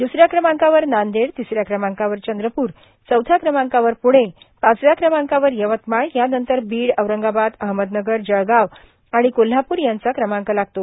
द्सऱ्या क्रमांकावर नांदेडर तिसऱ्या क्रमांकावर चंद्रप्रर चौथ्या क्रमांकावर पृणेर पाचव्या क्रमांकावर यवतमाळ यानंतर बीडर औरंगाबादर अहमदनगरर जळगांव आणि कोल्हापूर यांचा क्रमाक लागतो